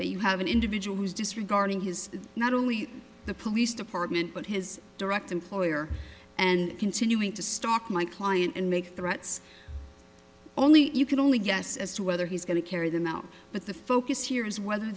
that you have an individual who's disregarding his not only the police department but his direct employer and continuing to stalk my client and make threats only you can only guess as to whether he's going to carry them out but the focus here is whether